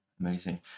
Amazing